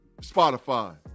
Spotify